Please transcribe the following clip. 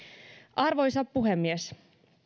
arvoisa puhemies